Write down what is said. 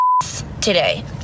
Today